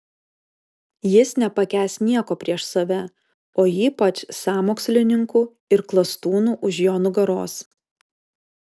jis nepakęs nieko prieš save o ypač sąmokslininkų ir klastūnų už jo nugaros